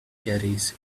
carries